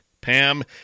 Pam